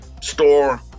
store